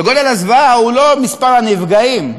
וגודל הזוועה הוא לא מספר הנפגעים,